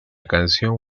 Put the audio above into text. canción